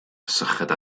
syched